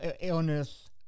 illness